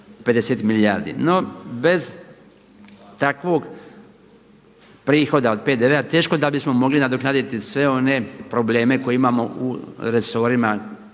50 milijardi. No bez takvog prihoda od PDV-a teško da bismo mogli nadoknaditi sve one probleme koje imamo u resorima